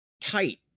tight